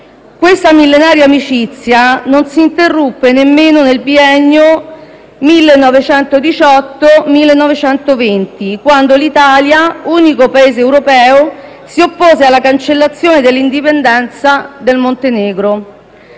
Questa millenaria amicizia non si interruppe nemmeno nel biennio 1918-1920, quando l'Italia, unico Paese europeo, si oppose alla cancellazione dell'indipendenza del Montenegro.